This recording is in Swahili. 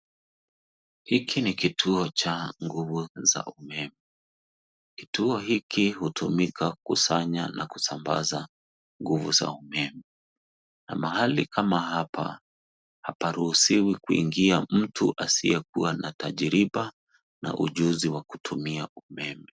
Hiki ni kituo cha nguvu za umeme. Kituo hiki hutumika kusanya na kusambaza nguvu za umeme na mahali kama hapa haparuhusiwi kuingia mtu asiye na tajriba na ujuzi wa kutumia umeme.